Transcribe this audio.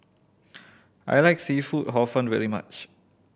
I like seafood Hor Fun very much